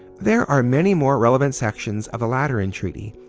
there are many more relevant sections of the lateran treaty,